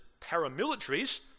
paramilitaries